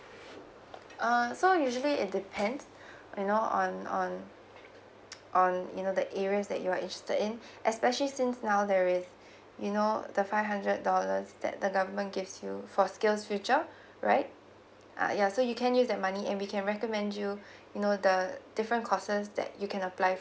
uh so usually it depends you know on on on you know the areas that you're interested in especially since now there is you know the five hundred dollars that the government gives you for skills future right uh ya so you can use that money and we can recommend you you know the different courses that you can apply